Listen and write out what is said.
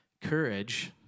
Courage